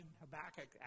Habakkuk